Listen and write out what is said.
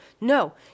no